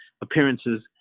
appearances